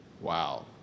wow